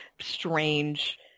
strange